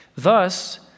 Thus